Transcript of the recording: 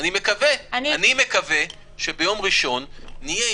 נדמה לי שאין